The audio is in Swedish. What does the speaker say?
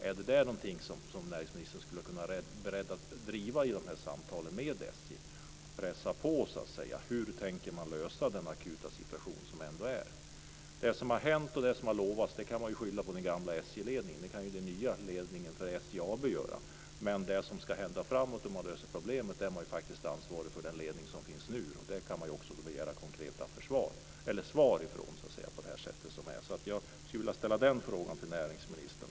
Är det något som näringsministern är beredd att driva i samtalen med SJ, dvs. pressa på hur den akuta situationen ska lösas? Det som har hänt och som har utlovats kan ju den nya ledningen för SJ AB skylla på den gamla SJ ledningen. Men lösningen på problemet framåt är den nuvarande ledningen ansvarig för. Där går det att begära konkreta svar.